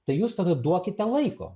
tai jūs tada duokite laiko